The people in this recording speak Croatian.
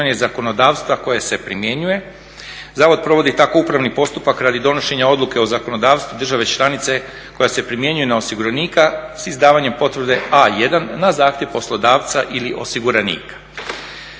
Zavod provodi tako upravni postupak radi donošenja odluke o zakonodavstvu države članice koja se primjenjuje na osiguranika s izdavanjem potvrde A1 na zahtjev poslodavca ili osiguranika.